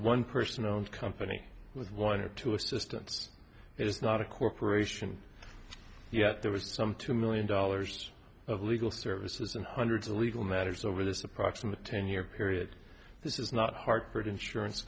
one person owned company with one or two assistants it is not a corporation yet there was some two million dollars of legal services and hundreds of legal matters over this approximate ten year period this is not hartford insurance